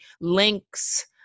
links